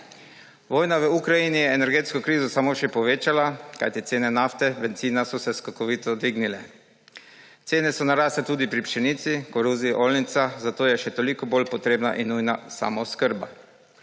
Vojna v Ukrajini je energetsko krizo samo še povečala, kajti cene nafte, bencina so se skokovito dvignile. Cene so narastle tudi pri pšenici, koruzi, oljnicah, zato je še toliko bolj potrebna in nujna samooskrba.